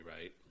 right